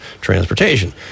transportation